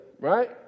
right